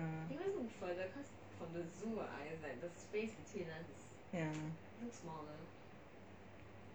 ya